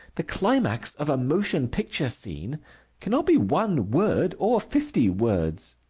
the climax of a motion picture scene cannot be one word or fifty words.